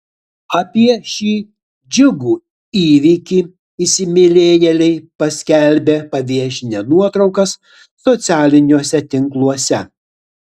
apie šį džiugų įvykį įsimylėjėliai paskelbė paviešinę nuotraukas socialiniuose tinkluose